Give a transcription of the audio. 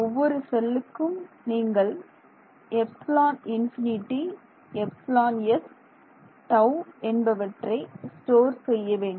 ஒவ்வொரு செல்லுக்கும் நீங்கள் ε∞ εs τ என்பவற்றை ஸ்டோர் செய்ய வேண்டும்